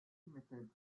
method